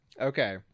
Okay